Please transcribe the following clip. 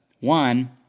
one